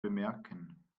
bemerken